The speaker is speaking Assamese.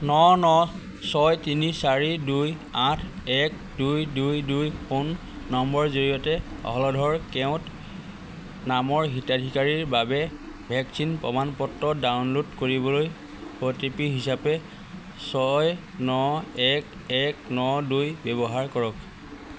ন ন ছয় তিনি চাৰি দুই আঠ এক দুই দুই দুই ফোন নম্বৰৰ জৰিয়তে হলধৰ কেওট নামৰ হিতাধিকাৰীৰ বাবে ভেকচিন প্ৰমাণ পত্ৰ ডাউনলোড কৰিবলৈ অ' টি পি হিচাপে ছয় ন এক এক ন দুই ব্যৱহাৰ কৰক